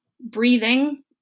Breathing